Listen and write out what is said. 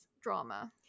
drama